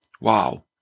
Wow